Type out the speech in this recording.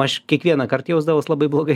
aš kiekvienąkart jausdavaus labai blogai